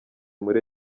muri